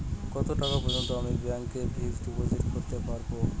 কত টাকা পর্যন্ত আমি ব্যাংক এ ফিক্সড ডিপোজিট করতে পারবো?